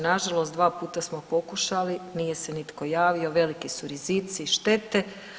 Nažalost dva puta smo pokušali, nije se nitko javio, veliki su rizici i štete.